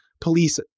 police